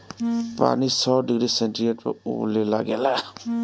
पानी सौ degree centigrade पर उबले लागेला